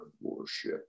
worship